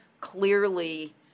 clearly